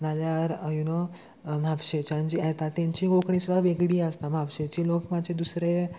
नाल्यार you know म्हापशेच्यान जीं येतात तेंची कोंकणी सुद्दां वेगळी आसता म्हापशेची लोक मातशे दुसरे